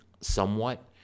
somewhat